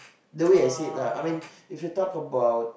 the way I said lah I mean if you talk about